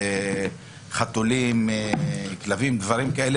חתולים וכלבים וכדומה,